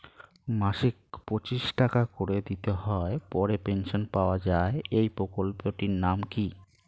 মাসিক পঁচিশ টাকা করে দিতে হয় পরে পেনশন পাওয়া যায় এই প্রকল্পে টির নাম কি?